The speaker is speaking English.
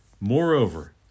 Moreover